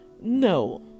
No